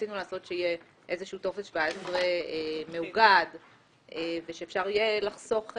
רצינו לעשות שיהיה איזשהו טופס 17 מאוגד ושאפשר יהיה לחסוך,